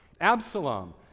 Absalom